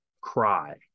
cry